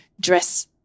dress